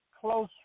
Close